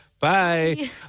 Bye